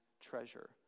treasure